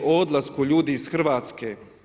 O odlasku ljudi iz Hrvatske?